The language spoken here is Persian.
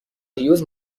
هیوز